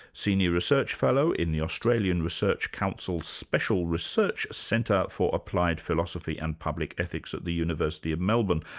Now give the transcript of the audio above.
senior research fellow in the australian research council's special research centre for applied philosophy and public ethics at the university of melbourne.